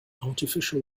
artificial